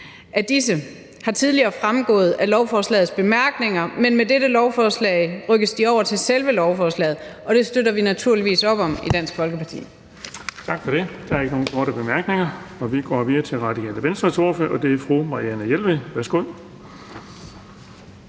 af disse har tidligere fremgået af lovens bemærkninger, men med dette lovforslag rykkes det over til selve loven, og det støtter vi naturligvis op om i Dansk Folkeparti.